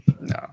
No